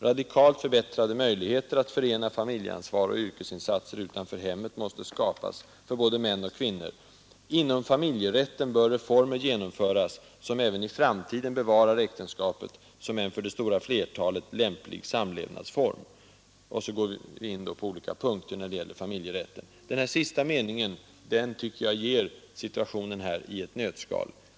Radikalt förbättrade möjligheter att förena familjeansvar och yrkesinsatser utanför hemmet måste skapas för både män och kvinnor. Inom familjerätten bör reformer genomföras som även i framtiden bevarar äktenskapet som en för det stora flertalet lämplig levnadsform.” — Och sedan går vi in på olika punkter när det gäller familjerätten. Den sista meningen jag citerade tycker jag ger situationen här i ett nötskal.